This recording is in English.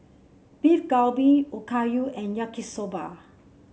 Beef Galbi Okayu and Yaki Soba